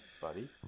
buddy